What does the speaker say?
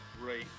great